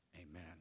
Amen